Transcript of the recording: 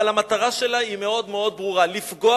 אבל המטרה שלה היא מאוד מאוד ברורה: לפגוע